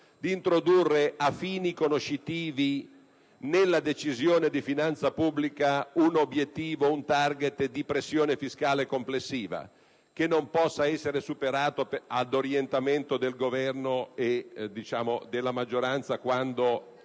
relatore - a fini conoscitivi nella Decisione di finanza pubblica un *target* di pressione fiscale complessiva che non possa essere superato ad orientamento del Governo e della maggioranza, quando